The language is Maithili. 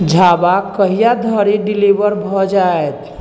झाबा कहिया धरि डिलीवर भए जाएत